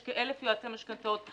יש כאלף יועצי משכנתאות,